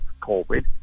COVID